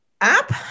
app